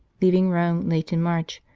leaving rome late in march,